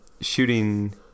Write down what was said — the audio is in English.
shooting